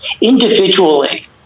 individually